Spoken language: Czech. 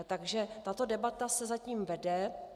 Takže tato debata se zatím vede.